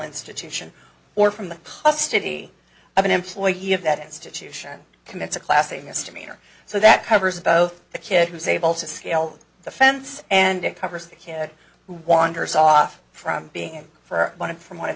institution or from the pub stiddy of an employee of that institution commits a class a misdemeanor so that covers both the kid who's able to scale the fence and it covers the kid who wanders off from being in for one from one of